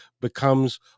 becomes